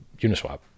Uniswap